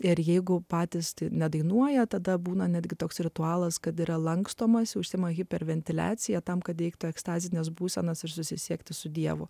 ir jeigu patys nedainuoja tada būna netgi toks ritualas kad yra lankstomasi užsiima hiperventiliacija tam kad teiktų ekstazės būsenas ir susisiekti su dievu